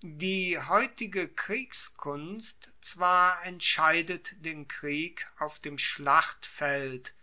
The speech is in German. die heutige kriegskunst zwar entscheidet den krieg auf dem schlachtfeld